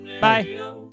Bye